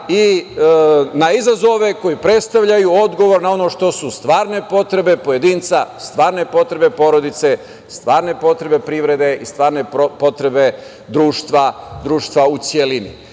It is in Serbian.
na izazove koji predstavljaju odgovor na ono što su stvarne potrebe pojedinca, stvarne potrebe porodice, stvarne potrebe privrede i stvarne potrebe društva u celini. Vi